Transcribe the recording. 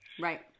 Right